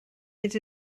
mynd